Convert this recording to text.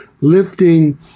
lifting